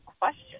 question